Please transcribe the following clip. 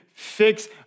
fix